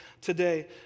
today